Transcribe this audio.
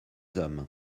hommes